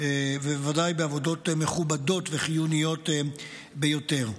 ודאי בעבודות מכובדות וחיוניות ביותר.